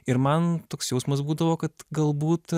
ir man toks jausmas būdavo kad galbūt